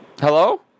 Hello